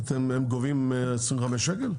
הם גובים 25 שקל?